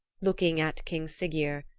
looking at king siggeir,